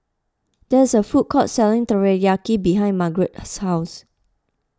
there is a food court selling Teriyaki behind Margarete's house